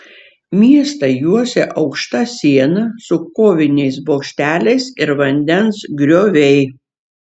miestą juosė aukšta siena su koviniais bokšteliais ir vandens grioviai